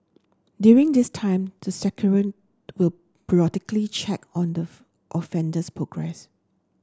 during this time the will periodically check on the offender's progress